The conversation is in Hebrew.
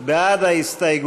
לסעיף